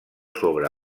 sobre